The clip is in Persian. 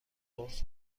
قرص